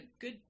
good